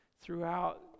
throughout